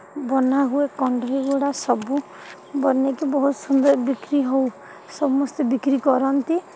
ବନାହୁୁଏ କଣ୍ଢେଇଗୁଡ଼ା ସବୁ ବନାଇକି ବହୁତ ସୁନ୍ଦର ବିକ୍ରି ହେଉ ସମସ୍ତେ ବିକ୍ରି କରନ୍ତି